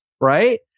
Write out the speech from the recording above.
Right